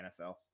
NFL